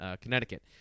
Connecticut